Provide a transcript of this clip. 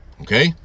Okay